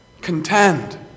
Contend